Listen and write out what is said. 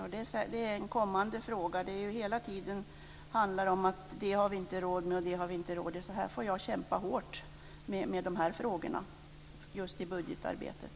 Herr talman! Det är säkert samma information som vi utgår från. Det är nog samma fråga vi jagar när det gäller detta. Den oron behöver Harald Nordlund inte ha.